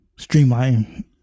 Streamline